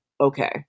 okay